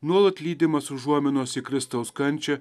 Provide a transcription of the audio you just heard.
nuolat lydimas užuominos į kristaus kančią